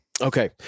Okay